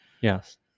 Yes